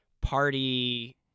party